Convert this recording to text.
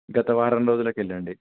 గత వారం రోజులకిెళ్ళండి